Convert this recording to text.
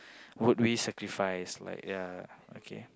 would we sacrifice like ya okay